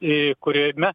į kuriojme